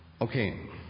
Okay